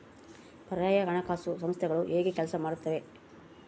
ಪರ್ಯಾಯ ಹಣಕಾಸು ಸಂಸ್ಥೆಗಳು ಹೇಗೆ ಕೆಲಸ ಮಾಡುತ್ತವೆ?